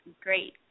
great